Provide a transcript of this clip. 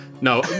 no